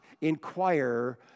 inquire